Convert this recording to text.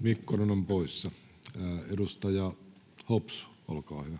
Mikkonen on poissa. — Edustaja Hopsu, olkaa hyvä.